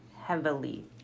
Heavily